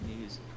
news